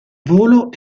volo